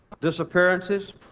disappearances